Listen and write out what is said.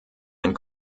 ein